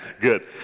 Good